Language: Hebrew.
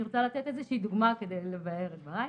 אני רוצה לתת איזושהי דוגמה כדי לבאר את דבריי.